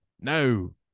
No